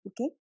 okay